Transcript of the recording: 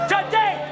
Today